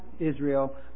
Israel